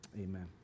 Amen